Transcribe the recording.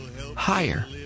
higher